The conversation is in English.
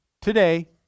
Today